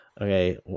Okay